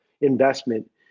investment